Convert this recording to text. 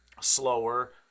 slower